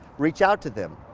reach out to them.